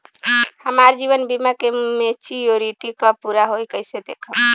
हमार जीवन बीमा के मेचीयोरिटी कब पूरा होई कईसे देखम्?